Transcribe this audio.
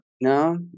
no